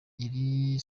iri